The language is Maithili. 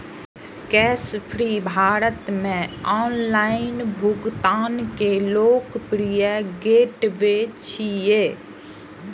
कैशफ्री भारत मे ऑनलाइन भुगतान के लोकप्रिय गेटवे छियै